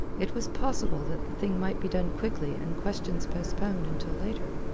it was possible that the thing might be done quickly and questions postponed until later.